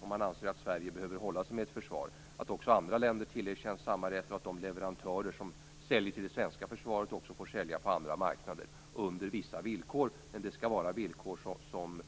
Om man anser att Sverige behöver hålla sig med ett försvar är det rimligt att också andra länder tillerkänns samma rätt och att de leverantörer som säljer till det svenska försvaret också får sälja på andra marknader under vissa villkor. Men det skall vara villkor som